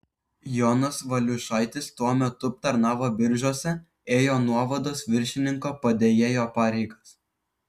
jonas valiušaitis tuo metu tarnavo biržuose ėjo nuovados viršininko padėjėjo pareigas